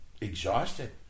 exhausted